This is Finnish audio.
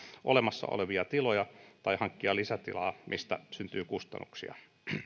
olemassa olevia tiloja tai hankkia lisätilaa mistä syntyy kustannuksia